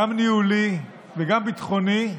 גם ניהולי וגם ביטחוני,